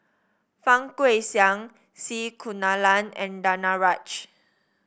Fang Guixiang C Kunalan and Danaraj